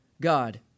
God